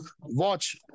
Watch